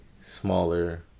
smaller